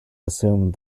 assumed